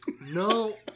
No